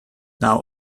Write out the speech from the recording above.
now